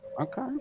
Okay